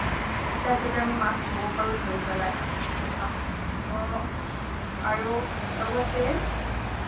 তাত যাতে আমি মাছ থ'ব পাৰোঁ ধৰি পেলাই চিধা ত' আৰু লগতে